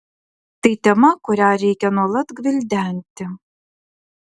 tai tema kurią reikia nuolat gvildenti